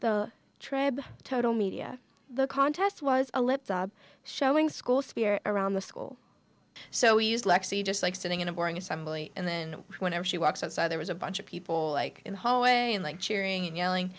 the tribe total media the contest was a lip showing school spirit around the school so he used lexi just like sitting in a boring assembly and then whenever she walks outside there was a bunch of people like in the hallway and like cheering and yelling